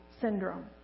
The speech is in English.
syndrome